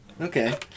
Okay